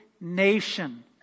nation